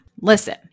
Listen